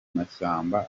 mashyamba